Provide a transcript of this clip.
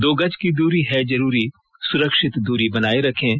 दो गज की दूरी है जरूरी सुरक्षित दूरी बनाए रखें